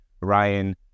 Ryan